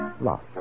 lost